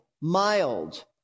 mild